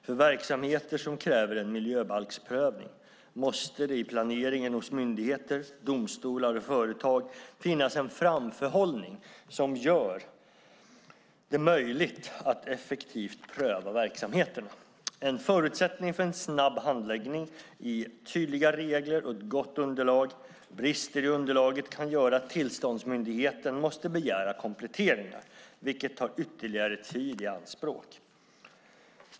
För verksamheter som kräver en miljöbalksprövning måste det i planeringen hos myndigheter, domstolar och företag finnas en framförhållning som gör det möjligt att effektivt pröva verksamheterna. En förutsättning för en snabb handläggning är tydliga regler och ett gott underlag. Brister i underlaget kan göra att tillståndsmyndigheten måste begära kompletteringar vilket tar ytterligare tid i anspråk.